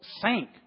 sank